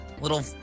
little